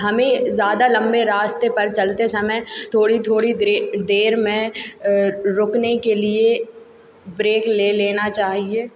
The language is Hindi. हमें ज़्यादा लंबे रास्ते पर चलते समय थोड़ी थोड़ी द्रे देर में रुकने के लिए ब्रेक ले लेना चाहिए